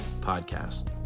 podcast